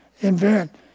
invent